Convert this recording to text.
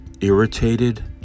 irritated